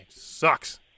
sucks